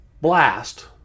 blast